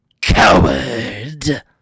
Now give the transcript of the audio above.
coward